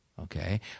okay